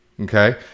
okay